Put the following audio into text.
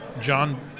John